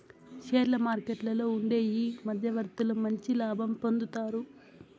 షేర్ల మార్కెట్లలో ఉండే ఈ మధ్యవర్తులు మంచి లాభం పొందుతారు